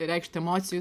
reikšt emocijų